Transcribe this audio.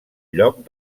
lloc